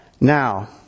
Now